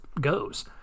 goes